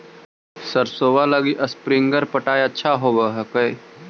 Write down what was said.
सरसोबा लगी स्प्रिंगर पटाय अच्छा होबै हकैय?